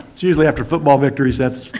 it's usually after football victories, that's